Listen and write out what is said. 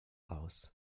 aus